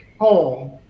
home